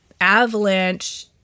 avalanche